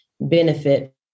benefit